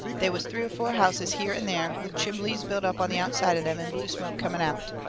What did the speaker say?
they was three or four houses here and there, with chimbleys built up on the outside of them, and blue smoke coming out.